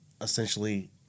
essentially